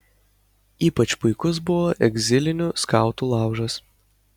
ypač puikus buvo egzilinių skautų laužas